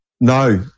no